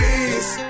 Peace